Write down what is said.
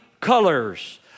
colors